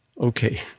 Okay